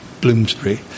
Bloomsbury